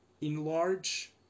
enlarge